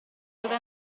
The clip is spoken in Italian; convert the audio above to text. dove